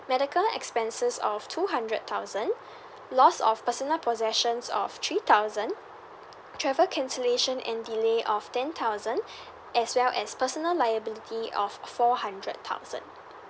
medical expenses of two hundred thousand loss of personal possessions of three thousand travel cancellation and delay of ten thousand as well as personal liability of four hundred thousand